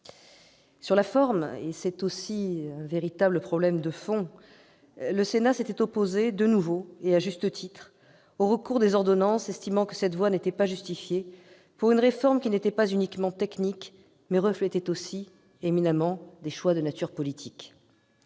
Sur la forme, et c'est aussi un véritable problème de fond, le Sénat s'était opposé de nouveau -et à juste titre !-au recours aux ordonnances, estimant que cette voie n'était pas justifiée pour une réforme qui n'était pas uniquement technique, mais reflétait aussi des choix de nature éminemment